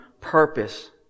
purpose